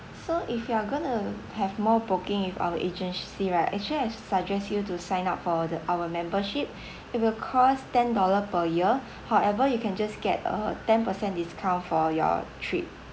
so if you are gonna have more booking with our agency right actually I suggest you to sign up for the our membership it will cost ten dollar per year however you can just get a ten percent discount for your trip